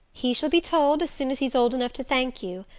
he shall be told as soon as he's old enough to thank you.